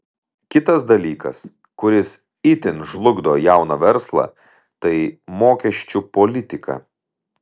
kitas dalykas kuris itin žlugdo jauną verslą tai mokesčių politika